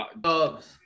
Dubs